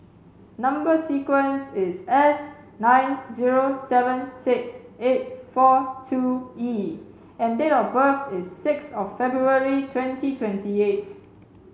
number sequence is S nine zero seven six eight four two E and date of birth is six of February twenty twenty eight